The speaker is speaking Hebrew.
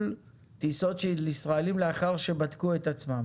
טיסות של ישראליים לאחר שבדקו את עצמם.